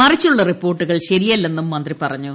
മറിച്ചുള്ള റിപ്പോർട്ടുകൾ ശരിയല്ലെന്നും മന്ത്രി പറഞ്ഞു